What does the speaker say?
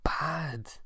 bad